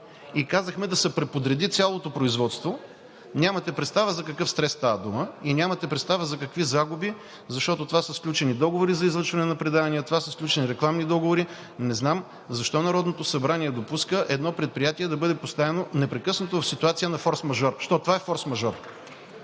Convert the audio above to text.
и казахме да се преподреди цялото производство. Нямате представа за какъв стрес става дума и нямате представа за какви загуби, защото това са сключени договори за излъчване на предавания, това са сключени рекламни договори. Не знам защо Народното събрание допуска едно предприятие да бъде поставено непрекъснато в ситуация на форсмажор, защото това е форсмажор.